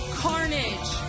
carnage